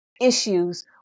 issues